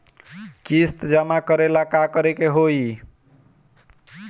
किस्त जमा करे ला का करे के होई?